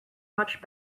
much